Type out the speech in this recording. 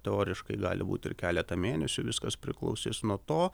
teoriškai gali būt ir keletą mėnesių viskas priklausys nuo to